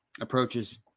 approaches